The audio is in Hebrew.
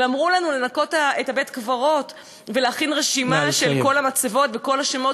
אמרו לנו לנקות את בית-הקברות ולהכין רשימה של כל המצבות וכל השמות,